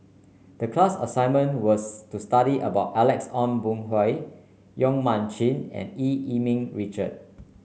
the class assignment was to study about Alex Ong Boon Hau Yong Mun Chee and Eu Yee Ming Richard